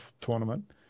tournament